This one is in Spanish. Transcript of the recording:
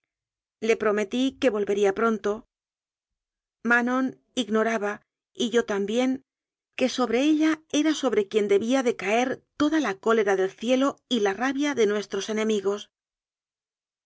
le prometí que vol vería pronto manon ignoraba y yo también que sobre ella era sobre quien debía de caer toda la cólera del cielo y la rabia de nuestros enemigos